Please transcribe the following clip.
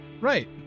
Right